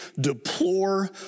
deplore